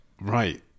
Right